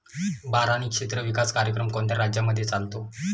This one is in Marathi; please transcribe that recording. बारानी क्षेत्र विकास कार्यक्रम कोणत्या राज्यांमध्ये चालतो?